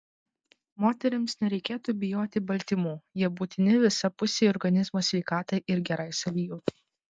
moterims nereikėtų bijoti baltymų jie būtini visapusei organizmo sveikatai ir gerai savijautai